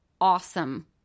awesome